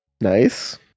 Nice